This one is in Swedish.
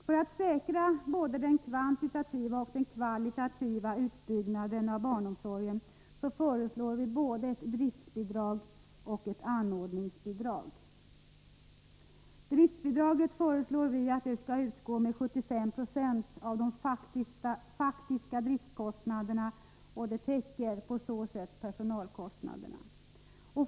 För att säkra både den kvantitativa och den kvalitativa utbyggnaden av barnomsorgen föreslår vi både ett driftsbidrag och ett anordningsbidrag. Driftbidraget föreslås utgå med 75 90 av de faktiska driftkostnaderna och täcker på så sätt personalkostnaderna.